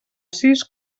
sis